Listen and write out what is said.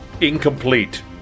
incomplete